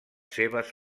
seves